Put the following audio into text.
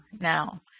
now